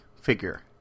figure